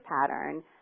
pattern